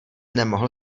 nemohl